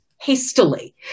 hastily